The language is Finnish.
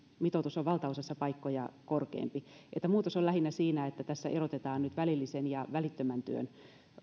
mitoitus on valtaosassa paikkoja korkeampi muutos on lähinnä siinä että tässä erotetaan nyt välillisen ja välittömän työn